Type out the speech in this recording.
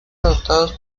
adoptados